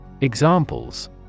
Examples